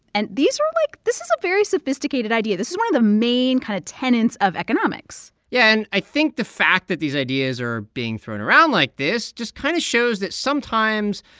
and these are, like this is a very sophisticated idea. this is one of the main kind of tenets of economics yeah. and i think the fact that these ideas are being thrown around like this just kind of shows that sometimes,